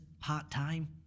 part-time